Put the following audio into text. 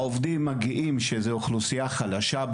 העובדים מגיעים מאוכלוסייה חלשה.